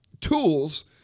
tools